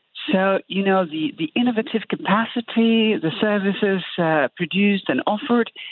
so you know the the innovative capacity, the services produced and offered.